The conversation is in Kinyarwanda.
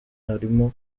harimo